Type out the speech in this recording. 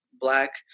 black